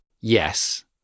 Yes